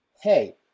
hey